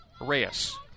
Reyes